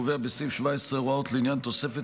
קובע בסעיף 17 הוראות לעניין תוספת